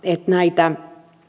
näitä